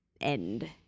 end